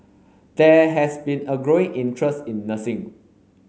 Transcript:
there has been a growing interest in nursing